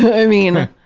i mean,